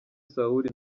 sawuli